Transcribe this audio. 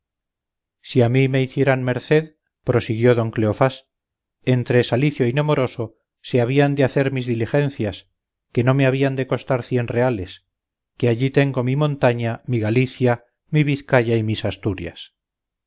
si a mí me hicieran merced prosiguió don cleofás entre salicio y nemoroso se habían de hacer mis diligencias que no me habían de costar cien reales que allí tengo mi montaña mi galicia mi vizcaya y mis asturias